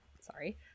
Sorry